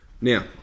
Now